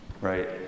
right